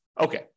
Okay